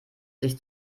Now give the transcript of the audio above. sich